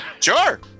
Sure